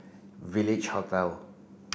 Village Hotel